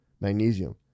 magnesium